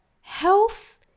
health